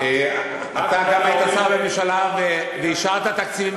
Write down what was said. אתה גם היית שר בממשלה ואישרת תקציבים,